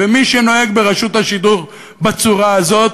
ומי שנוהג ברשות השידור בצורה הזאת,